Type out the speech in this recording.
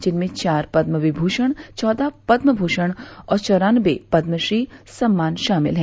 जिनमें चार पदम विग्रेषण चौदह पदम भूषण और चौरान्नबे पदमश्री सम्मान शामिल हैं